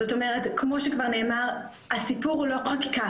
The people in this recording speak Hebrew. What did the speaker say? זאת אומרת כמו שכבר נאמר הסיפור הוא לא חקיקה,